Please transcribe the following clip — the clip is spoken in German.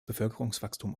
bevölkerungswachstum